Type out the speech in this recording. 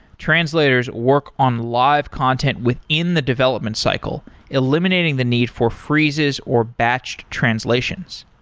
translators work on live content within the development cycle, eliminating the need for freezes or batched translations.